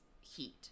heat